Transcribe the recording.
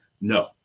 No